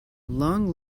long